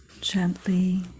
gently